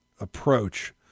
approach